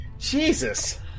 Jesus